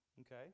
Okay